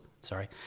sorry